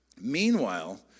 Meanwhile